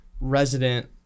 resident